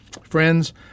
Friends